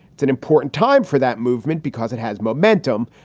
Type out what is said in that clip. it's an important time for that movement because it has momentum.